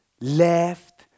Left